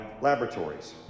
laboratories